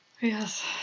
Yes